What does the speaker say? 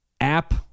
app